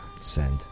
send